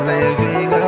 living